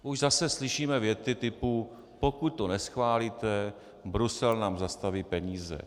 Už zase slyšíme věty typu pokud to neschválíte, Brusel nám zastaví peníze.